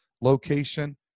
location